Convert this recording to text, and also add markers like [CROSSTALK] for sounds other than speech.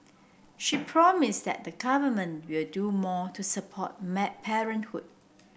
she promised that the Government will do more to support [UNINTELLIGIBLE] parenthood